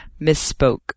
misspoke